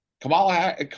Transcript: Kamala